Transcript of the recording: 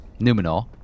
Numenor